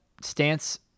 stance